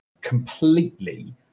completely